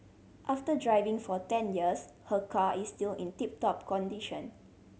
after driving for ten years her car is still in tip top condition